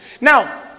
Now